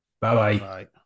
Bye-bye